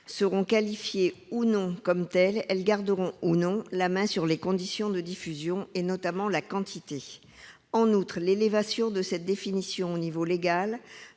seront qualifiées ou non comme telles, elles garderont ou non la main sur les conditions de diffusion, notamment la quantité. En outre, l'élévation de cette définition au niveau légal